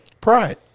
Pride